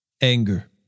Anger